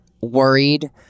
worried